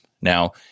Now